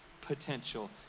potential